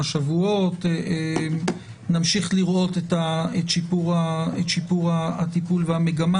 שבועות נמשיך לראות את שיפור הטיפול והמגמה.